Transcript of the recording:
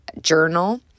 journal